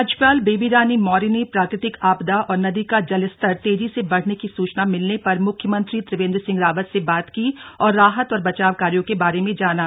राज्यपाल बेबी रानी मौर्य ने प्राकृतिक आपदा और नदी का जलस्तर तेजी से बढ़ने की सूचना मिलने पर मुख्यमंत्री त्रिवेंद्र सिंह रावत से बात की और राहत व बचाव कार्यो के बारे में जाना